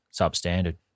substandard